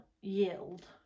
yield